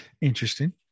interesting